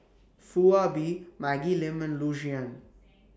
Foo Ah Bee Maggie Lim and Loo Zihan